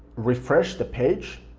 refresh the page,